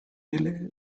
lillie